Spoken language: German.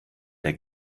der